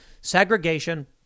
Segregation